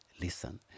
listen